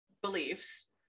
beliefs